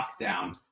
lockdown